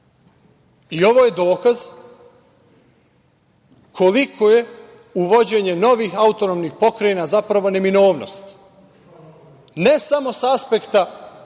i ovo je dokaz koliko je uvođenje novih autonomnih pokrajna zapravo neminovnost ne samo sa aspekta